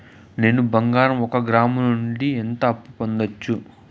నేను బంగారం ఒక గ్రాము నుంచి ఎంత అప్పు పొందొచ్చు